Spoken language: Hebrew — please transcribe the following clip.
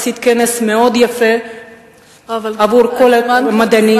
עשית כנס מאוד יפה עבור כל המדענים,